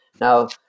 Now